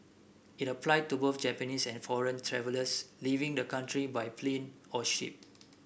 it applies to both Japanese and foreign travellers leaving the country by plane or ship